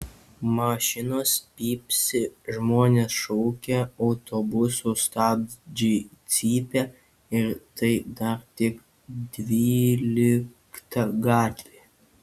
mašinos pypsi žmonės šaukia autobusų stabdžiai cypia ir tai dar tik dvylikta gatvė